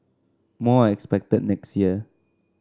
more are expected next year